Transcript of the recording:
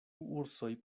ursoj